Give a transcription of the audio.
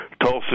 Tulsa